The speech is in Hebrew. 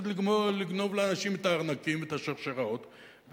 לגנוב לאנשים את הארנקים ואת השרשראות,